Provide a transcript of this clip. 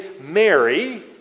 Mary